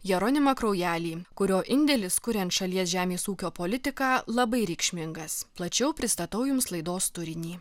jeronimą kraujelį kurio indėlis kuriant šalies žemės ūkio politiką labai reikšmingas plačiau pristatau jums laidos turinį